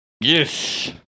Yes